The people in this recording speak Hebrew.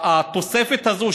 התוספת הזו,